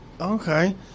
Okay